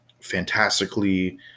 fantastically